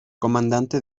comandante